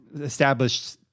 established